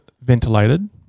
ventilated